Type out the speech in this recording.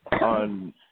on